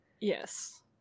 Yes